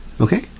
Okay